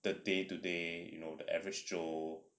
the day today you know the average joe